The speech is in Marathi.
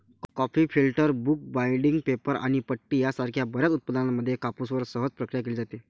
coffee filters, book binding, paper आणि पट्टी यासारख्या बर्याच उत्पादनांमध्ये कापूसवर सहज प्रक्रिया केली जाते